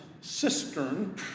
cistern